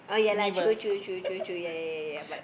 neighbour